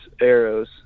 arrows